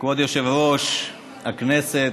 כבוד יושב-ראש הכנסת,